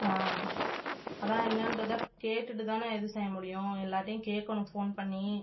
ஆ அதுதான் என்னன்றத கேட்டுட்டுதானே எதுவும் செய்ய முடியும் எல்லார்கிட்டையும் கேட்கணும் ஃபோன் பண்ணி